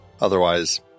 otherwise